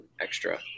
extra